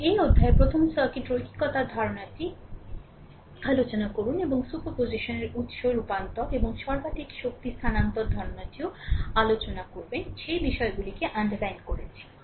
এবং এই অধ্যায়ে প্রথমে সার্কিট রৈখিকতার ধারণাটি আলোচনা করুন এবং সুপার পজিশনের উত্স রূপান্তর এবং সর্বাধিক শক্তি স্থানান্তর ধারণাটিও আলোচনা করবেন সেই বিষয়গুলিকে আন্ডারলাইন করেছেন